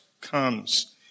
comes